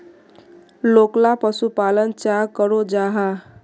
लोकला पशुपालन चाँ करो जाहा?